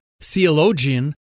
theologian